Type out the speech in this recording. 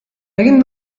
egin